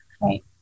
Right